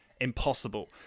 impossible